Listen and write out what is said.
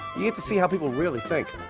you get to see how people really think.